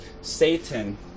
Satan